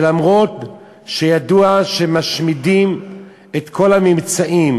ולמרות שידוע שמשמידים את כל הממצאים